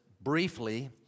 briefly